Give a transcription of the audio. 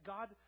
God